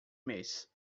mês